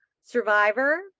survivor